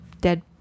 dead